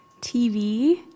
TV